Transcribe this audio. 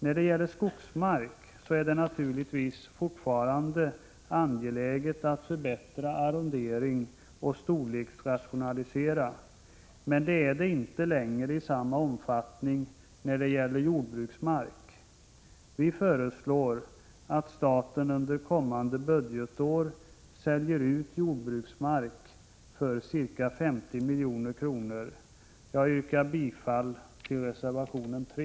När det gäller skogsmark är det naturligtvis fortfarande angeläget att förbättra arrondering och att storleksrationalisera, men inte längre i samma omfattning när det gäller jordbruksmark. Vi föreslår att staten under kommande budgetår säljer ut jordbruksmark för ca 50 milj.kr. Jag yrkar bifall till reservation 3.